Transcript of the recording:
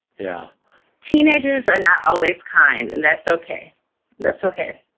yeah teenagers are not always kind. that's ok that's ok.